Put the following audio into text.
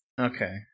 Okay